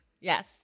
Yes